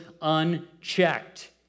unchecked